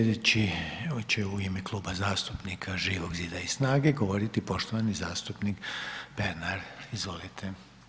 Slijedeći će u ime Kluba zastupnika Živog Zida i SNAGA-e govoriti poštovani zastupnik Pernar, izvolite.